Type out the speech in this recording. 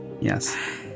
Yes